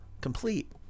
complete